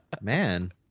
Man